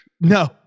no